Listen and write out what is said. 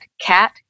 cat